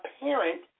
apparent